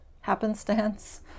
happenstance